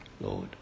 Lord